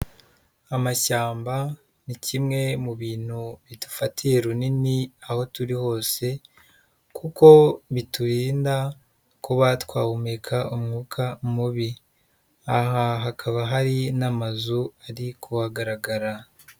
Amashyamba ni kimwe mu bintu bidufatiye runini aho turi hose, kuko biturinda kuba twahumeka umwuka mubi, aha hakaba hari n'amazu ari kuhagaragara.